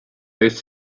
jest